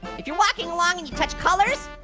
if you're walking along and you touch colors,